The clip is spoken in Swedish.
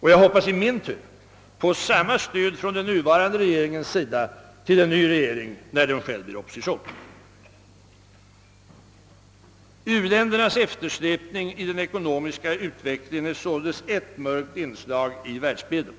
Och jag hoppas i min tur på samma stöd från den nuvarande regeringens sida till en ny regering när den själv blir opposition. U-ländernas eftersläpning i den ekonomiska utvecklingen är således ett mörkt inslag i världsbilden.